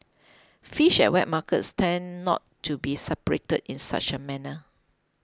fish at wet markets tend not to be separated in such a manner